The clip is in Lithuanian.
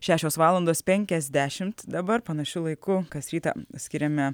šešios valandos penkiasdešimt dabar panašiu laiku kas rytą skiriame